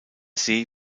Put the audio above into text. see